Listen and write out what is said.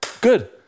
Good